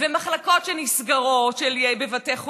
ומחלקות שנסגרות בבתי חולים.